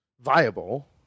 viable